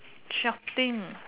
shopping